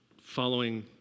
following